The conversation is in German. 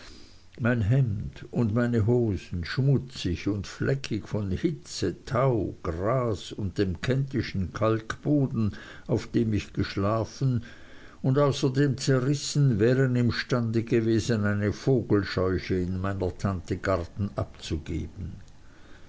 mein hemd und meine hosen schmutzig und fleckig von hitze tau gras und dem kentischen kalkboden auf dem ich geschlafen und außerdem zerrissen wären imstande gewesen eine vogelscheuche in meiner tante garten abzugeben